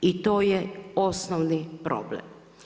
I to je osnovni problem.